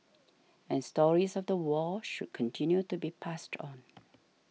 and stories of the war should continue to be passed on